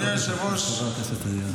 בבקשה, חבר הכנסת אזולאי.